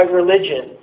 religion